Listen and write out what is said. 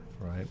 Right